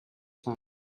time